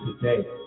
today